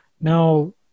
Now